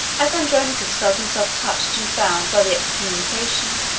as andronicus felt himself touched and bound by the excommunication,